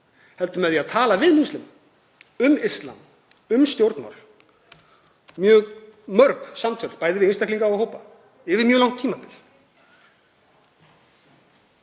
heldur með því að tala við múslima um íslam, um stjórnmál, mjög mörg samtöl, bæði við einstaklinga og hópa yfir mjög langt tímabil.